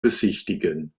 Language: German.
besichtigen